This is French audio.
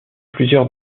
plusieurs